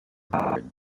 powered